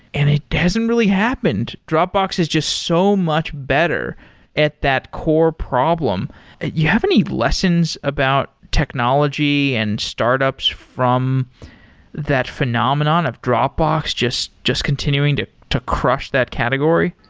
and it hasn't really happened. dropbox is just so much better at that core problem. do you have any lessons about technology and startups from that phenomenon of dropbox just just continuing to to crush that category?